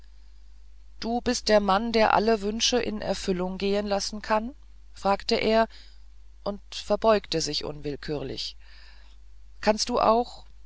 du bist der mann der alle wünsche in erfüllung gehen lassen kann fragte er und verbeugte sich unwillkürlich kannst du auch